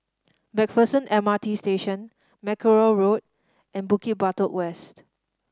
Macpherson M R T Station Mackerrow Road and Bukit Batok West